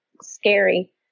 scary